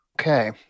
Okay